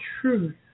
truth